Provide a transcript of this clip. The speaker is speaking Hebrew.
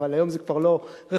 אבל היום זה כבר לא רחביה,